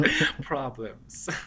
Problems